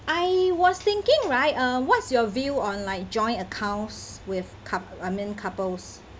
I was thinking right uh what's your view on like joint accounts with cou~ I mean couples